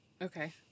Okay